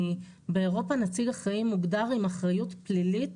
באירופה נציג אחראי מוגדר עם אחריות פלילית